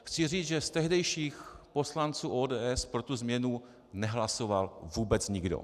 Chci říct, že z tehdejších poslanců ODS pro změnu nehlasoval vůbec nikdo.